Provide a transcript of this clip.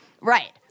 Right